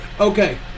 Okay